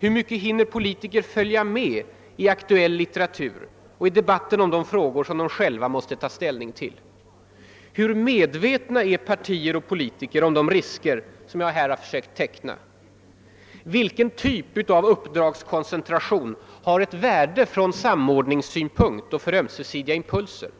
Hur mycket hinner politiker följa med i aktuell litteratur och i debatten om de frågor som de själva måste ta ställning till? Hur medvetna är partier och politiker om de risker som jag här försökt teckna? Vilken typ av uppdragskoncentration har ett värde från samordningssynpunkt och för ömsesidiga impulser?